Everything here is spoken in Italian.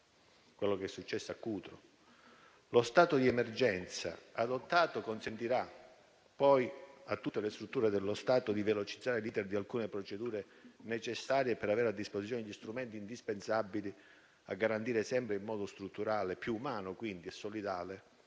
quello che è successo a Cutro). Lo stato d'emergenza adottato consentirà poi a tutte le strutture dello Stato di velocizzare l'*iter* di alcune procedure necessarie per avere a disposizione gli strumenti indispensabili a garantire sempre e in modo strutturale (quindi più umano e solidale)